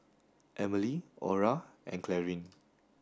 Emelie Orra and Clarine